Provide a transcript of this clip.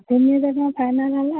ତିନି ହଜାର ଟଙ୍କା ଫାଇନାଲ୍ ହେଲା